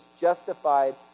justified